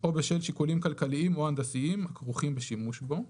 או בשל שיקולים כלכליים או הנדסיים הכרוכים בשימוש בו,